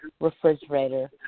refrigerator